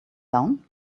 down